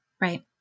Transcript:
Right